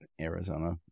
Arizona